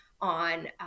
on